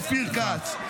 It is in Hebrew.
אופיר כץ,